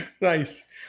Nice